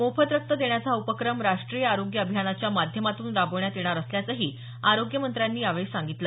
मोफत रक्त देण्याचा हा उपक्रम राष्ट्रीय आरोग्य अभियानाच्या माध्यमातून राबवण्यात येणार असल्याचंही आरोग्यमंत्र्यांनी यावेळी सांगितलं